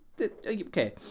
Okay